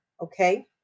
okay